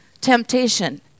temptation